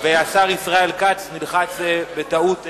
השר ישראל כץ, נלחץ בטעות "נמנע".